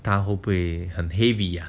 他会不会很 heavy ya